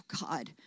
God